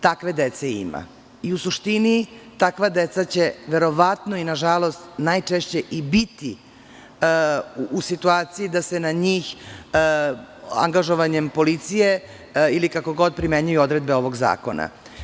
Takve dece ima i u suštini takva deca će verovatno i na žalost najčešće biti u situaciji da se na njih angažovanjem policije ili kako god primenjuju odredbe ovog zakona.